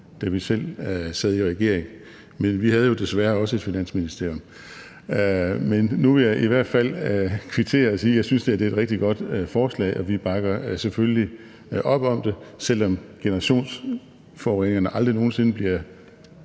da vi selv sad i regering – men vi havde jo desværre også et Finansministerium. Nu vil jeg i hvert fald kvittere og sige, at jeg synes, det er et rigtig godt forslag, og vi bakker selvfølgelig op om det, selv om generationsforureningerne aldrig nogen sinde bliver